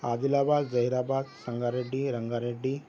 عادل آباد Zaheerabad Sangareddy Ranga ready